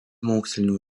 mokslinių